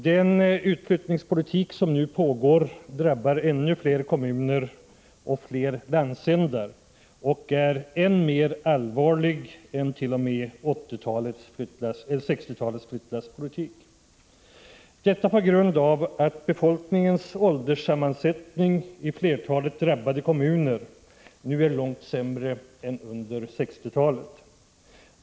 Den utflyttningspolitik som nu pågår drabbar ännu fler kommuner och fler landsändar och är än mer allvarlig än t.o.m. 1960-talets flyttlasspolitik. Detta beror på att befolkningens ålderssammansättning i flertalet drabbade kommuner nu är långt sämre än under 1960-talet.